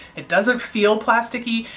it doesn't feel plasticky.